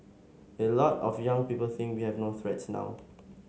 a lot of young people think we have no threats now